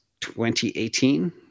2018